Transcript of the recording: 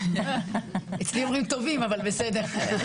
אצלי אומרים טובים, אבל בסדר.